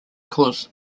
cause